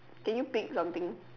can you pick something